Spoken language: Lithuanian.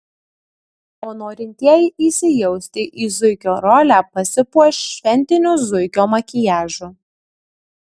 o norintieji įsijausti į zuikio rolę pasipuoš šventiniu zuikio makiažu